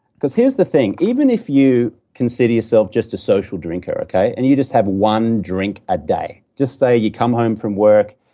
here's the thing. even if you consider yourself just a social drinker, okay, and you just have one drink a day. just say you come home from work,